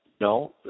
No